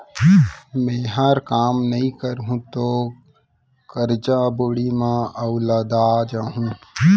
मैंहर काम नइ करहूँ तौ करजा बोड़ी म अउ लदा जाहूँ